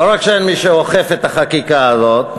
לא רק שאין מי שאוכף את החקיקה הזאת,